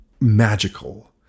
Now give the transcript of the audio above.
magical